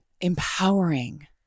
Empowering